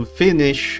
finish